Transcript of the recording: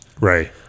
Right